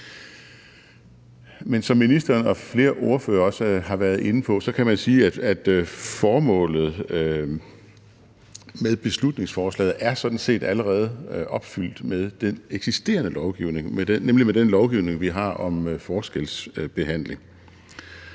Men som ministeren og flere ordførere også har været inde på, kan man sige, at formålet med beslutningsforslaget sådan set allerede er opfyldt med den eksisterende lovgivning, nemlig med den lovgivning, vi har om forskelsbehandling.